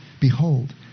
behold